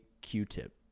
Q-Tip